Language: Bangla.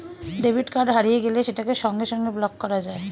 ডেবিট কার্ড হারিয়ে গেলে সেটাকে সঙ্গে সঙ্গে ব্লক করা যায়